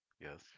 yes